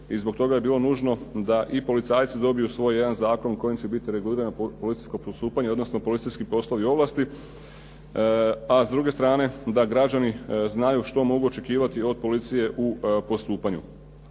i zbog toga je bilo nužno da i policajci dobiju svoj jedan zakon kojim će biti regulirano policijsko postupanje odnosno policijski poslovi i ovlasti, a s druge strane da građani znaju što mogu očekivati od policije u postupanju.